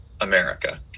America